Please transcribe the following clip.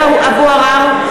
עראר,